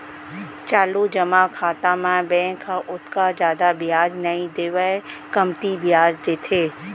चालू जमा खाता म बेंक ह ओतका जादा बियाज नइ देवय कमती बियाज देथे